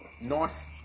nice